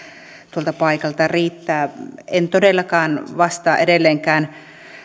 tuolta paikalta riittää en todellakaan vastaa edelleenkään